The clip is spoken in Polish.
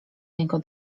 niego